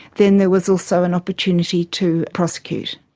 then there was also an opportunity to prosecute.